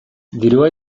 dirua